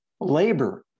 labor